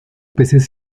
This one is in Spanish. peces